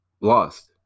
lost